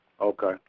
Okay